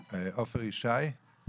עופר ישי,